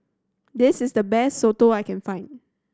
this is the best soto I can find